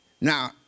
Now